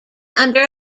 under